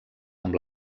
amb